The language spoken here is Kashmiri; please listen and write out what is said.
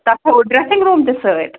تَتھ ہٮ۪و ڈرٛیسِنٛگ روٗم تہِ سۭتۍ